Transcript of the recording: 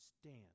stand